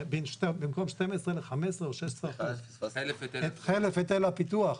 במקום 12 ל-15% או 16%. חלף היטל הפיתוח,